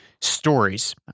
stories